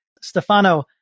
Stefano